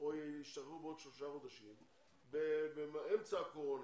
או ישתחררו בעוד שלושה חודשים, באמצע הקורונה,